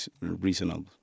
reasonable